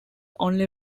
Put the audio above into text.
only